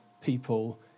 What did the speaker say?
people